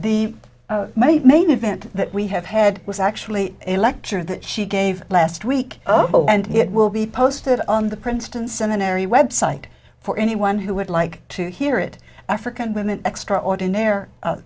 the main event that we have had was actually elector that she gave last week and it will be posted on the princeton seminary website for anyone who would like to hear it african women extraordinaire